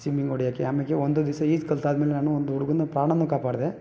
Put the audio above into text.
swimming ಹೊಡ್ಯಕ್ಕೆ ಆಮೇಲೆ ಒಂದು ದಿವಸ ಈಜು ಕಲಿತಾದ್ಮೇಲೆ ನಾನು ಒಂದು ಹುಡುಗನ ಪ್ರಾಣಾನು ಕಾಪಾಡಿದೆ